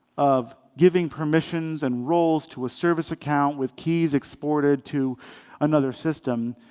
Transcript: of giving permissions and roles to a service account with keys exported to another system,